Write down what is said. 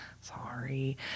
Sorry